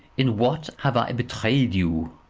in what have i betrayed you?